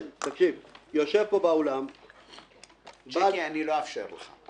יושב פה באולם- - ג'קי, לא אאפשר לך.